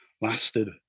lasted